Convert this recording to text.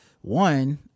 one